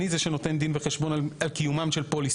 אני זה שנותן דין וחשבון על קיומן של פוליסות,